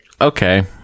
Okay